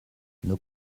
nos